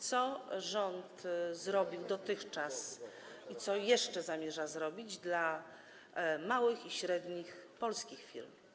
Co rząd zrobił dotychczas i co jeszcze zamierza zrobić dla małych i średnich polskich firm?